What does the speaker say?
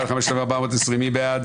מי נגד?